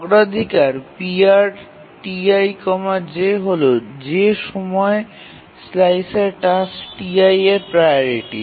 অগ্রাধিকার PrTi j হল j সময় স্লাইসে টাস্ক Ti এর প্রাওরিটি